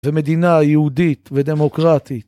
ומדינה יהודית ודמוקרטית